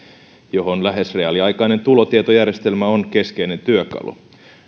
johon lähes reaaliaikainen tulotietojärjestelmä on keskeinen työkalu